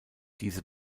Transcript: diese